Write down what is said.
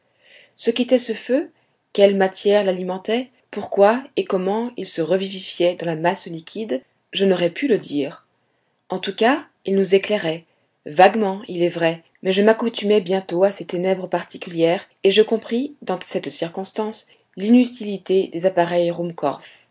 ce qu'était ce feu quelles matières l'alimentaient pourquoi et comment il se revivifiait dans la masse liquide je n'aurais pu le dire en tout cas il nous éclairait vaguement il est vrai mais je m'accoutumai bientôt à ces ténèbres particulières et je compris dans cette circonstance l'inutilité des appareils